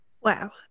Wow